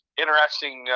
interesting